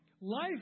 life